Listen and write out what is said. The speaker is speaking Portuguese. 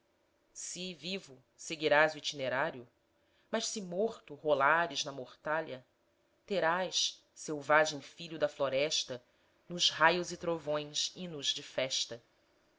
se vivo seguirás o itinerário mas se morto rolares na mortalha terás selvagem filho da floresta nos raios e trovões hinos de festa